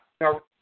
Now